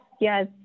Yes